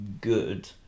good